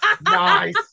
Nice